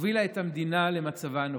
הובילה את המדינה למצבה הנוכחי.